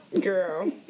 Girl